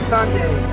Sunday